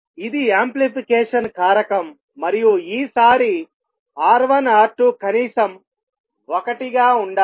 ఇది యాంప్లిఫికేషన్ కారకం మరియు ఈ సారి R1 R2 కనీసం 1 గా ఉండాలి